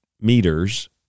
meters